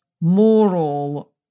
moral